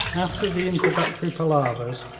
after the introductory palavers,